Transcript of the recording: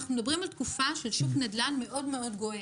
המספרים האלה משקפים שוק מאוד מאוד חזק